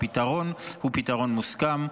הפתרון הוא פתרון מוסכם,